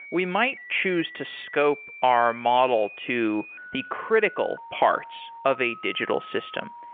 we might choose to scope our model to the critical parts of a digital system.